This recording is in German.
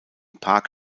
park